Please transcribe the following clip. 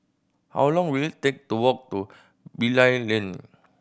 how long will it take to walk to Bilal Lane